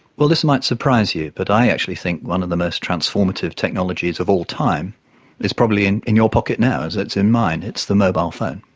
this might surprise you but i actually think one of the most transformative technologies of all time is probably in in your pocket now, as it's in mine, it's the mobile phone,